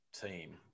team